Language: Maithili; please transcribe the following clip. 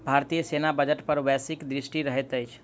भारतीय सेना बजट पर वैश्विक दृष्टि रहैत अछि